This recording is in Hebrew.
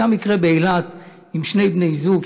היה מקרה באילת עם שני בני זוג,